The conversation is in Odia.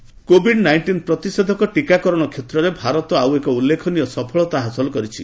କୋଭିଡ ଟିକା କୋଭିଡ ନାଇଣ୍ଟିନ୍ ପ୍ରତିଷେଧକ ଟିକାକରଣ କ୍ଷେତ୍ରରେ ଭାରତ ଆଉ ଏକ ଉଲ୍ଲ୍ଖେନୀୟ ସଫଳତା ହାସଲ କରିଛି